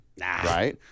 Right